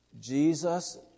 Jesus